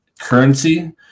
currency